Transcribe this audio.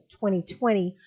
2020